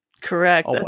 Correct